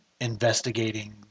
investigating